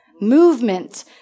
movement